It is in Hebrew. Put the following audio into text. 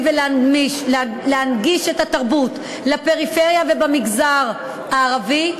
ולהנגיש את התרבות לפריפריה ובמגזר הערבי,